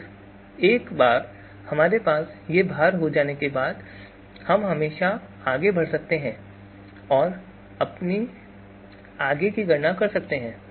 फिर एक बार हमारे पास ये भार हो जाने के बाद हम हमेशा आगे बढ़ सकते हैं और अपनी आगे की गणना कर सकते हैं